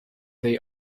they